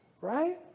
right